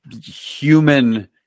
human